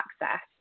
access